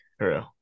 True